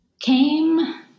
came